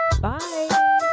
Bye